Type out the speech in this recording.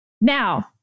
Now